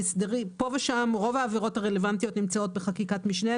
רוב העבירות הרלוונטיות מופיעות בחקיקת משנה,